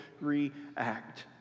react